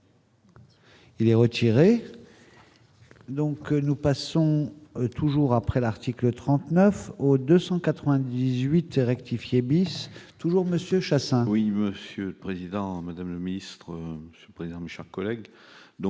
Il est retiré, donc nous passons toujours après l'article 39 au 298 rectifier bis toujours Monsieur Chassaing. Oui, Monsieur le Président, Madame le ministre président cher collègue,